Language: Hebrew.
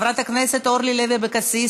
חברת הכנסת אורלי לוי אבקסיס,